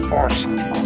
Force